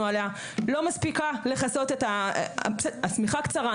עליה לא מספיקה לכסות השמיכה קצרה,